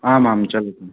आम् आं चलतु